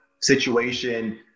situation